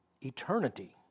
eternity